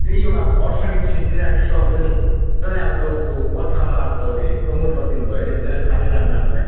त्यही एउटा अब अर्फनेज निस्किनु आँटेको छ हुन्छ नि त्यसलाई अब तपाईँको पत्रमा तपाईँले प्रोमोट गरिदिनु भयो भने पनि हुन्छ साह्रै राम्रो हामीलाई